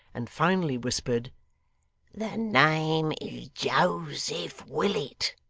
and finally whispered the name is joseph willet.